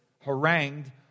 harangued